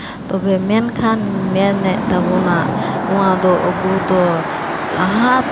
ᱛᱚᱵᱮ ᱢᱮᱱᱠᱷᱟᱱ ᱢᱮᱱᱮᱜ ᱛᱟᱵᱳᱱᱟ ᱱᱚᱣᱟᱫᱚ ᱟᱵᱚ ᱫᱚ ᱞᱟᱦᱟ